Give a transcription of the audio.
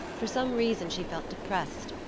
for some reason she felt depressed,